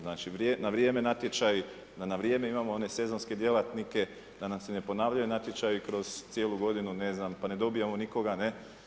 Znači na vrijeme natječaji, da na vrijeme imamo one sezonske djelatnike, da nam se ne ponavljaju natječaji kroz cijelu godinu, ne, znam, pa ne dobijemo nikoga, ne.